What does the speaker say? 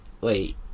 wait